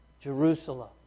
Jerusalem